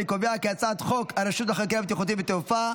אני קובע כי הצעת חוק הרשות לחקירה בטיחותית בתעופה,